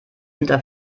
unter